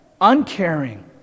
uncaring